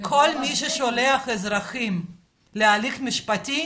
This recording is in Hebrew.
כל מי ששולח אזרחים להליך משפטי,